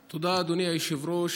תודה, אדוני היושב-ראש.